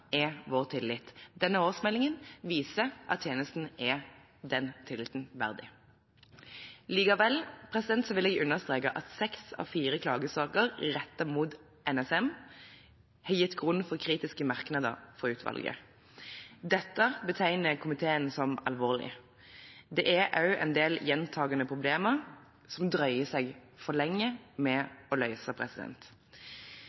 er vår tillit. Denne årsmeldingen viser at tjenestene er den tilliten verdig. Likevel vil jeg understreke at seks av fire klagesaker rettet mot NSM har gitt grunn for kritiske merknader fra utvalget. Dette betegner komiteen som alvorlig. Det er også en del gjentakende problemer som det drøyer for lenge med